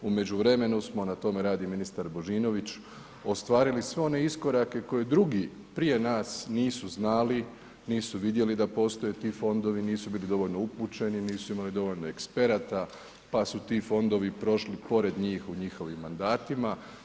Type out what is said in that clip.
U međuvremenu smo, na tome radi ministar Božinović ostvarili sve one iskorake koje drugi prije nas nisu znali, nisu vidjeli da postoje ti fondovi, nisu bili dovoljno upućeni, nisu imali dovoljno eksperata pa su ti fondovi prošli pored njih u njihovim mandatima.